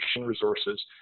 resources